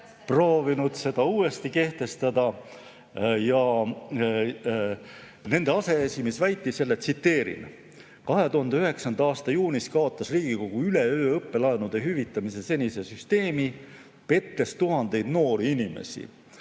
proovinud seda uuesti kehtestada. Nende aseesimees väitis, tsiteerin: "2009. aasta juunis kaotas Riigikogu üleöö ära õppelaenude hüvitamise senise süsteemi, pettes tuhandeid noori inimesi.